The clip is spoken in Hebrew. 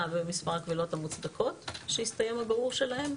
במספר הקבילות המוצדקות שהסתיים הבירור שלהן.